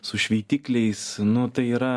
su šveitikliais nu tai yra